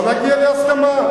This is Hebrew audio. בוא נגיע להסכמה.